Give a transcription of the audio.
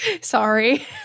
sorry